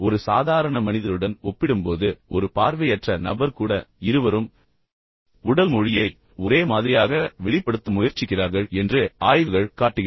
ஒரு சாதாரண மனிதருடன் ஒப்பிடும்போது ஒரு பார்வையற்ற நபர் கூட இருவரும் உடல் மொழியை ஒரே மாதிரியாக வெளிப்படுத்த முயற்சிக்கிறார்கள் என்று ஆய்வுகள் காட்டுகின்றன